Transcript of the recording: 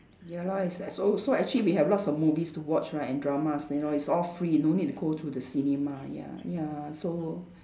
ya lor I see I so so actually we have lots of movies to watch right and dramas you know it's all free no need to go to the cinema ya ya so